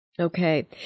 Okay